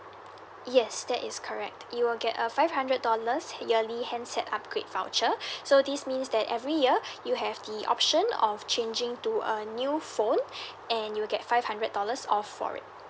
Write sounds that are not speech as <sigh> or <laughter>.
yes that is correct you will get a five hundred dollars yearly handset upgrade voucher <breath> so this means that every year <breath> you have the option of changing to a new phone <breath> and you'll get five hundred dollars off for it